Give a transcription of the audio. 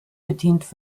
bedient